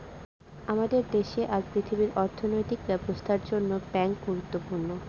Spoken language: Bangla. আমাদের দেশে আর পৃথিবীর অর্থনৈতিক ব্যবস্থার জন্য ব্যাঙ্ক গুরুত্বপূর্ণ